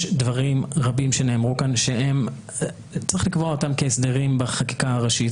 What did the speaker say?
יש דברים רבים שנאמרו כאן שצריך לקבוע אותם כהסדרים בחקיקה הראשית,